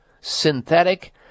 synthetic